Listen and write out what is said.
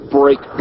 break